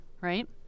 right